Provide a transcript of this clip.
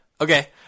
Okay